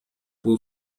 бул